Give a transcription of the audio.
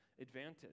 advantage